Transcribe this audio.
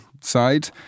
side